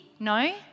No